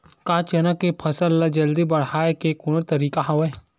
का चना के फसल ल जल्दी बढ़ाये के कोनो तरीका हवय?